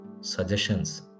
suggestions